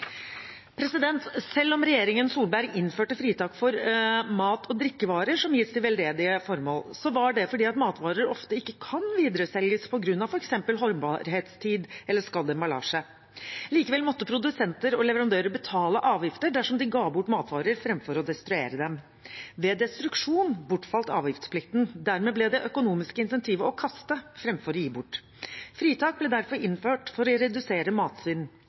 Selv om regjeringen Solberg innførte fritak for mat og drikkevarer som gis til veldedige formål, var det fordi matvarer ofte ikke kan videreselges på grunn av f.eks. holdbarhetstid eller skadd emballasje. Likevel måtte produsenter og leverandører betale avgifter dersom de ga bort matvarer framfor å destruere dem. Ved destruksjon bortfalt avgiftsplikten. Dermed ble det økonomiske insentivet å kaste framfor å gi bort. Fritak ble derfor innført for å redusere matsvinn.